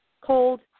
cold